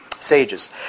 sages